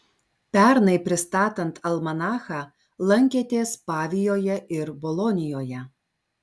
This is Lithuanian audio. pernai pristatant almanachą lankėtės pavijoje ir bolonijoje